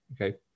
okay